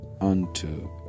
unto